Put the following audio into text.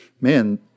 man